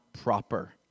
proper